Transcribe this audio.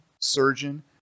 surgeon